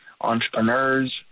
entrepreneurs